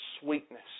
sweetness